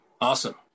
awesome